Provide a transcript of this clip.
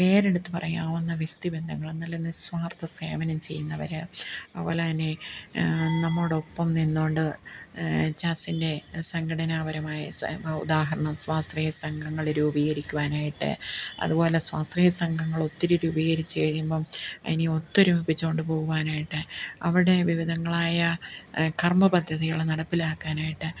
പേരെടുത്ത് പറയാവുന്ന വ്യക്തി ബന്ധങ്ങൾ നല്ല നിസ്വാർത്ഥസേവനം ചെയ്യുന്നവർ അതുപോലത്തന്നെ നമ്മോടൊപ്പം നിന്നുകൊണ്ട് ജാസിൻ്റെ സംഘടനാപരമായ സ്വയഭ ഉദാഹരണം സ്വാശ്രയ സംഘങ്ങൾ രൂപീകരിക്കുവാനായിട്ട് അതുപോലെ സ്വാശ്രയ സംഘങ്ങളൊത്തിരി രൂപീകരിച്ച് കഴിയുമ്പം അതിനെ ഒത്തൊരുമിപ്പിച്ചുകൊണ്ട് പോകുവാനായിട്ട് അവിടെ വിവിധങ്ങളായ കർമ്മ പദ്ധതികൾ നടപ്പിലാക്കാനായിട്ട്